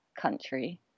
country